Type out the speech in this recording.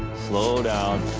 slow down.